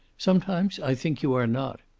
sometimes i think you are not.